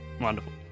Wonderful